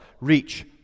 reach